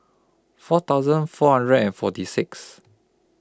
four thousand four hundred and forty six